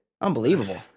Unbelievable